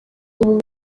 ubu